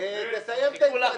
מקובל.